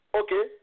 okay